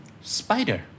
Spider